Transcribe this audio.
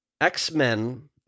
x-men